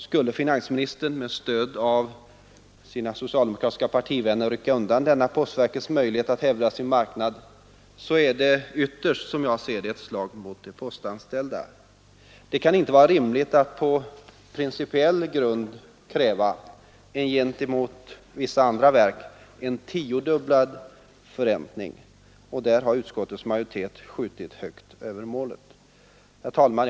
Skulle finansministern med stöd av sina socialdemokratiska partivänner rycka undan denna postverkets möjlighet att hävda sin marknad, så är det som jag ser det ytterst ett slag mot de postanställda. Det kan inte vara rimligt att på principiell grund kräva en, gentemot vissa andra verk, tiodubblad förräntning. Där har utskottets majoritet skjutit högt över målet. Herr talman!